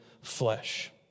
flesh